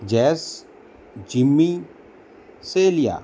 jazz Jimmy સેલિયા